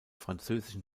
französischen